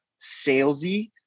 salesy